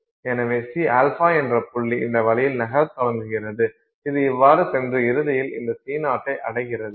எனவே Cα என்ற புள்ளி இந்த வழியில் நகரத் தொடங்குகிறது இது இவ்வாறு சென்று இறுதியில் இந்த C0 ஐ அடைகிறது